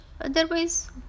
Otherwise